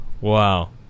Wow